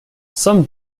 some